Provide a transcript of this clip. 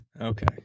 Okay